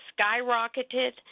skyrocketed